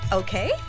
okay